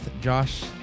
Josh